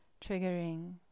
triggering